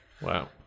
wow